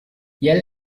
yell